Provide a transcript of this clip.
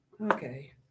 Okay